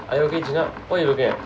are you okay Jun Hup what you looking at